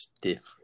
Different